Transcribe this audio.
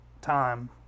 time